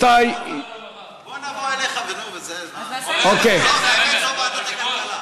נבוא אליך, ועדת הכלכלה.